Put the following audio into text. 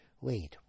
wait